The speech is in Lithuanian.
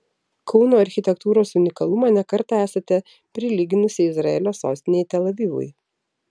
kauno architektūros unikalumą ne kartą esate prilyginusi izraelio sostinei tel avivui